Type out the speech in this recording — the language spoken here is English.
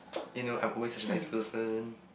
you know I'm always such a nice person